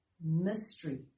mystery